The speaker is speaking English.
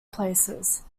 places